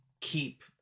keep